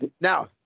Now